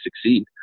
succeed